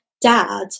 dad